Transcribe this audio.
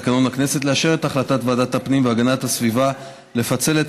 לאשר את החלטת ועדת הפנים והגנת הסביבה לפצל את